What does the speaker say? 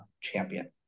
champion